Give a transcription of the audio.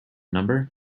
number